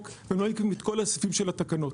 ולא מקיימים את כל הסעיפים של התקנות.